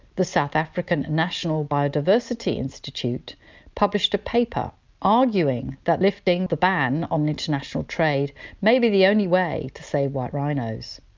the south african national biodiversity institute published a paper arguing that lifting the ban on international trade may be the only way to save white rhinos.